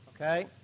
okay